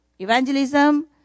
evangelism